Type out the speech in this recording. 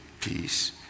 peace